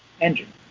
engine